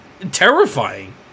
terrifying